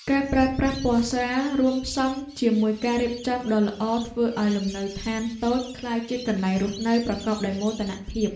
ការប្រើប្រាស់ពណ៌ស្រាលរួមផ្សំជាមួយការរៀបចំដ៏ល្អធ្វើឱ្យលំនៅឋានតូចក្លាយជាកន្លែងរស់នៅប្រកបដោយមោទនភាព។